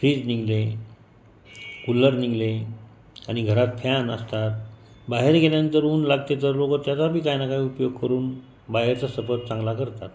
fridge निघाले cooler निघाले आणि घरात फॅन असतात बाहेरही गेल्यानंतर ऊन लागते तर लोकं त्याचाबी काही ना काही उपयोग करून बाहेरचा सफर चांगला करतात